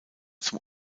zum